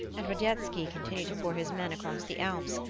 and radetsky continued to pour his men across the alps,